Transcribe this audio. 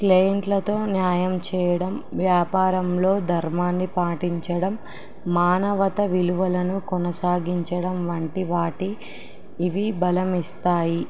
క్లెయింట్లతో న్యాయం చేయడం వ్యాపారంలో ధర్మాన్ని పాటించడం మానవత విలువలను కొనసాగించడం వంటి వాటి ఇవి బలం ఇస్తాయి